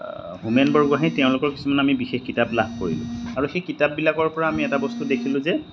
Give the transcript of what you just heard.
হোমেন বৰগোহাঁই তেওঁলোকৰ কিছুমান আমি বিশেষ কিতাপ লাভ কৰিলোঁ আৰু সেই কিতাপবিলাকৰ পৰা আমি এটা বস্তু দেখিলোঁ যে